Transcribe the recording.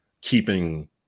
keeping –